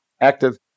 active